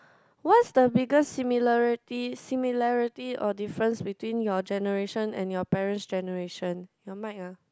what's the biggest similarity similarity or difference between your generation and your parents generation your mic ah